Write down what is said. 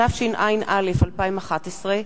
התשע"א 2011,